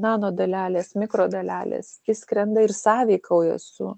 nanodalelės mikrodalelės išskrenda ir sąveikauja su